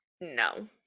No